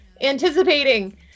anticipating